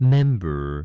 Member